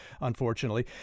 unfortunately